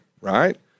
right